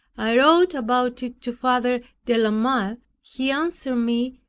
i wrote about it to father de la mothe. he answered me,